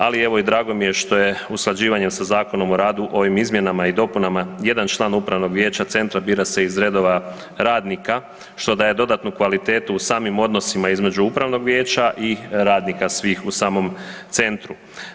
Ali evo, drago mi je što je usklađivanjem sa Zakonom o radu, ovim izmjenama i dopunama jedan član Upravnog vijeća Centra bira se iz redova radnika, što daje dodatnu kvalitetu u samim odnosima između Upravnog vijeća i radnika svih u samom Centru.